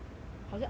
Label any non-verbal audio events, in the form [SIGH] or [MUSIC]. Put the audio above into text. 好像 orh [NOISE]